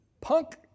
punk